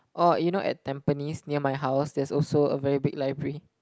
oh you know at Tampines near my house there's also a very big library